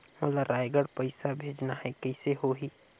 मोला रायगढ़ पइसा भेजना हैं, कइसे होही?